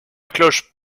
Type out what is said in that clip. cloche